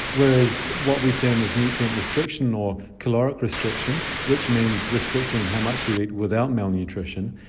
whereas what we term as nutrient restriction or caloric restriction, which means restricting how much you eat without malnutrition,